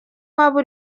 waba